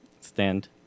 stand